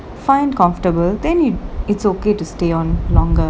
find comfortable then you it's okay to stay on longer